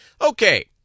Okay